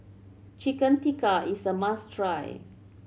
Chicken Tikka is a must try